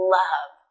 love